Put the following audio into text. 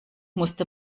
musste